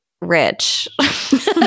rich